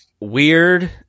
weird